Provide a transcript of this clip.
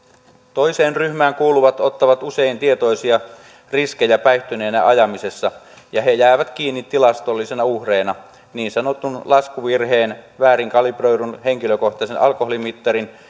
toiseen ryhmään kuuluvat ottavat usein tietoisia riskejä päihtyneenä ajamisessa ja he jäävät kiinni tilastollisina uhreina niin sanotun laskuvirheen väärin kalibroidun henkilökohtaisen alkoholimittarin